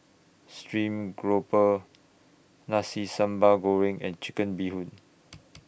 Stream Grouper Nasi Sambal Goreng and Chicken Bee Hoon